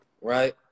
Right